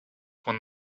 one